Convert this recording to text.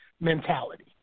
mentality